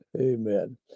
Amen